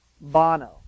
Bono